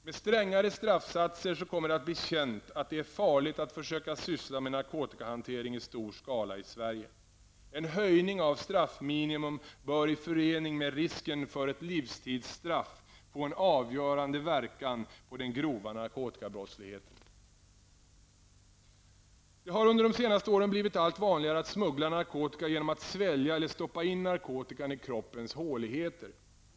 Med strängare straffsatser kommer det att bli känt att det är farligt att försöka syssla med narkotikahantering i stor skala i Sverige. En höjning av straffminimum bör i förening med risken för ett livstidsstraff få en avgörande verkan på den grova narkotikabrottsligheten. Det har under de senaste åren blivit allt vanligare att smyggla narkotika genom att svälja eller stoppa in narkotikan i kroppens håligheter.